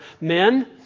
Men